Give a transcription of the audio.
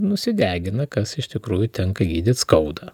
nusidegina kas iš tikrųjų tenka gydyt skauda